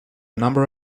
number